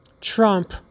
Trump